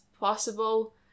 Possible